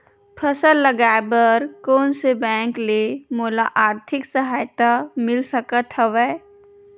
फसल लगाये बर कोन से बैंक ले मोला आर्थिक सहायता मिल सकत हवय?